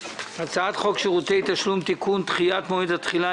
הצעת חוק שירותי תשלום (תיקון) (דחיית מועד התחילה),